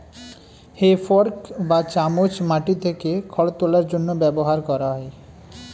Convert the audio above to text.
হে fork বা চামচ মাটি থেকে খড় তোলার জন্য ব্যবহার করা হয়